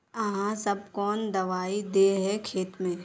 आहाँ सब कौन दबाइ दे है खेत में?